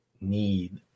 need